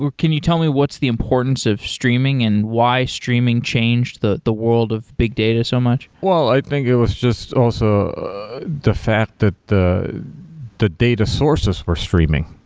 can you tell me what's the importance of streaming and why streaming changed the the world of big data so much? well, i think it was just also the fact that the the data sources were streaming.